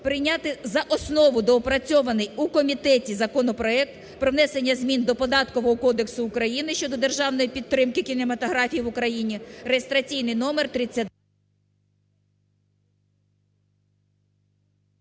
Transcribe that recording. прийняти за основу доопрацьований у комітеті законопроект про внесення змін до Податкового Кодексу України щодо державної підтримки кінематографії в Україні (реєстраційний номер…)